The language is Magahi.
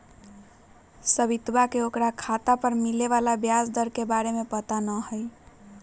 सवितवा के ओकरा खाता पर मिले वाला ब्याज दर के बारे में पता ना हई